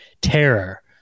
terror